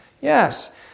Yes